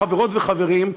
חברות וחברים,